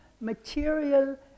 material